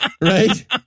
right